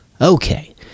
Okay